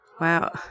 Wow